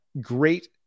great